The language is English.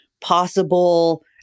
possible